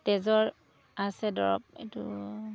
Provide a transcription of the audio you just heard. তেজৰ আছে দৰব এইটো